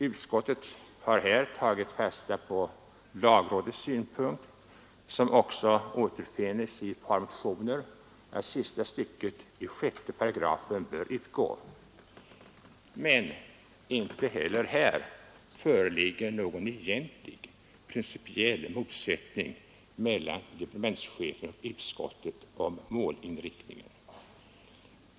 Utskottet har tagit fasta på lagrådets synpunkt, som också återfinns i ett par motioner, att sista stycket i 6 § bör utgå. Men inte heller här föreligger någon egentlig principiell motsättning mellan departementschefen och utskottet om målinriktningen.